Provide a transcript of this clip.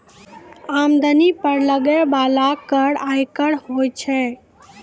आमदनी पर लगै बाला कर आयकर होय छै